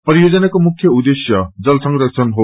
परियोजनाको मुख्य उद्देश्य जल संरक्षण हो